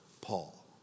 Paul